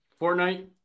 Fortnite